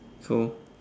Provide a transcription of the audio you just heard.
so